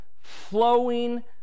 flowing